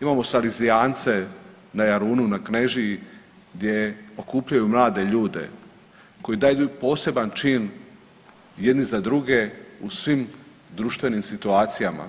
Imamo Salezijance na Jarunu na Knežiji gdje okupljaju mlade ljude koji daju jedan poseban čin jedni za druge u svim društvenim situacijama,